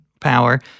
power